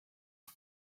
pie